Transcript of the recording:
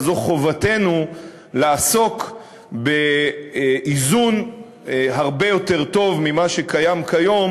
אלא שזו חובתנו לעסוק באיזון הרבה יותר טוב ממה שקיים כיום